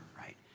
right